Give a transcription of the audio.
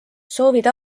soovid